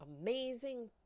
amazing